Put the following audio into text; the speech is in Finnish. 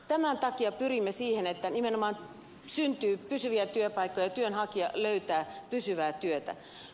tämän takia pyrimme siihen että nimenomaan syntyy pysyviä työpaikkoja työnhakija löytää pysyvää työtä